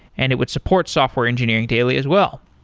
and it would support software engineering daily as well.